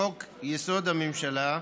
לחוק-יסוד: הממשלה,